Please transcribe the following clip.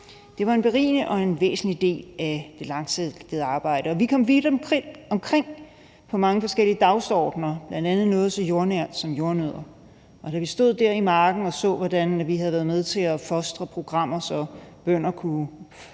Det var en berigende og en væsentlig del af det langsigtede arbejde. Vi kom vidt omkring og havde mange forskellige dagsordener, bl.a. noget så jordnært som jordnødder, og da vi stod der i marken og så, hvordan vi havde været med til at fostre programmer, så bønder kunne dyrke